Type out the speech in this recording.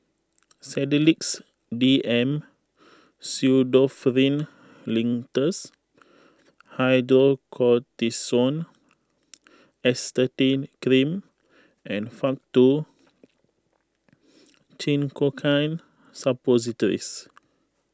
Sedilix D M Pseudoephrine Linctus Hydrocortisone Acetate Cream and Faktu Cinchocaine Suppositories